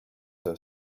her